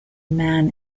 man